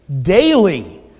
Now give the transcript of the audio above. daily